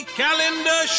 calendar